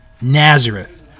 Nazareth